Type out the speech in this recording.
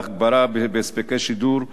והגברה בהספקי שידור,